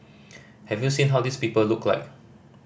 have you seen how these people look like